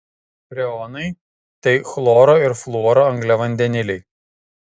freonai tai chloro ir fluoro angliavandeniliai